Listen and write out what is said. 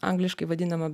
angliškai vadinama